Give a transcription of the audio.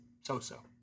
So-so